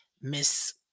Miss